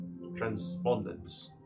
transpondence